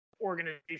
organization